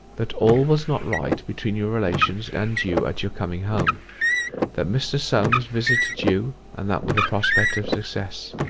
that all was not right between your relations and you at your coming home that mr. solmes visited you, and that with a prospect of success.